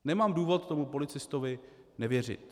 Nemám důvod tomu policistovi nevěřit.